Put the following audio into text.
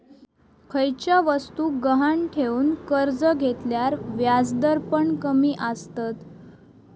खयच्या वस्तुक गहाण ठेवन कर्ज घेतल्यार व्याजदर पण कमी आसतत